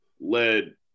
led